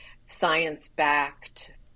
science-backed